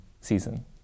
season